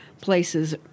places